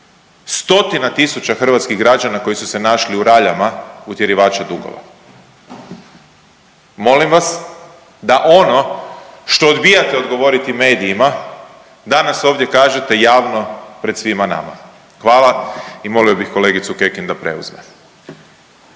stotina tisuća hrvatskih građana koji su se našli u raljama utjerivača dugova. Molim vas da ono što odbijate odgovoriti medijima danas ovdje kažete javno pred svima nama. Hvala i molio bih kolegicu Kekin da preuzme.